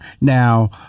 Now